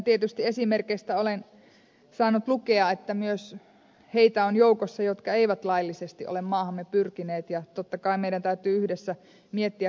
tietysti esimerkeistä olen saanut lukea että myös niitä on joukossa jotka eivät laillisesti ole maahamme pyrkineet ja totta kai meidän täytyy yhdessä miettiä keinoja laittoman maahantulon ehkäisemiseksi